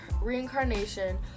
reincarnation